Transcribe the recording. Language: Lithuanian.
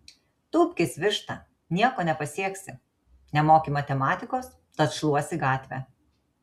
tūpkis višta nieko nepasieksi nemoki matematikos tad šluosi gatvę